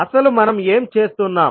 అసలు మనం ఏం చేస్తున్నాం